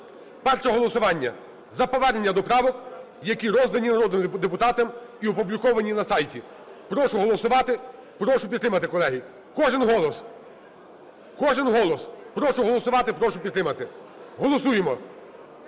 Перше голосування – за повернення до правок, які роздані народним депутатам і опубліковані на сайті. Прошу голосувати, прошу підтримати, колеги. Кожен голос. Кожен голос. Прошу голосувати, прошу підтримати. Голосуємо.